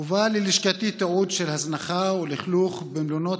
הובא ללשכתי תיעוד של הזנחה ולכלוך במלונות